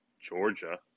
Georgia